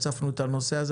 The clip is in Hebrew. הצפנו את הנושא הזה,